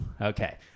Okay